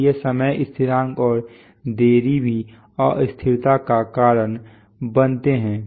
तो ये समय स्थिरांक और देरी भी अस्थिरता का कारण बनते हैं